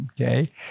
Okay